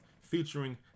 featuring